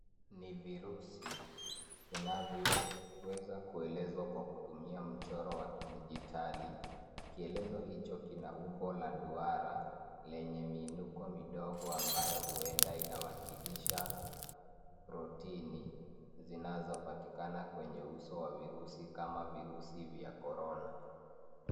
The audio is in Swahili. Ni vurusi vinavyoweza kuelezwa kwa kutumia mchoro wa kidijitali. Kielezo hicho kina umbo la duara lenye miinuko midogo ambayo huenda inawakilisha rotini zinazopatikana kwenye uso wa virusi kama virusi vya korona.